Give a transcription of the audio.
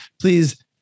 please